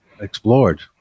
explored